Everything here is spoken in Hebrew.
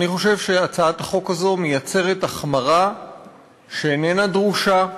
אני חושב שהצעת החוק הזאת מייצרת החמרה שאיננה דרושה,